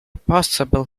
possible